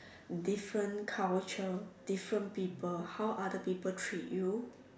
different culture different people how other people treat you